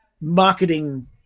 marketing